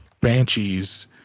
Banshee's